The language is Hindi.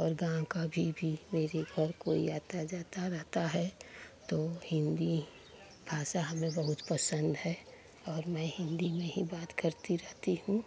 और गाँव कभी भी मेरे घर कोई आता जाता रहता है तो हिन्दी भाषा हमें बहुत पसंद है और मैं हिन्दी में ही बात करती रहती हूँ